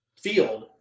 field